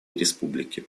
республики